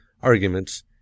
arguments